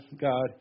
God